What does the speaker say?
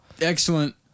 Excellent